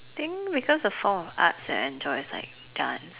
think because a form of arts I enjoy is like dance